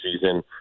season